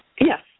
Yes